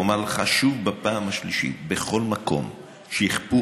ואומר לך שוב בפעם השלישית: בכל מקום שיכפו